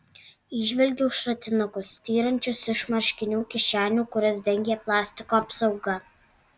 įžvelgiau šratinukus styrančius iš marškinių kišenių kurias dengė plastiko apsauga